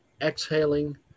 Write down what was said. exhaling